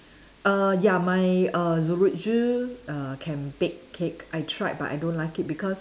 err ya my err err can bake cake I tried but I don't like it because